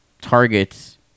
targets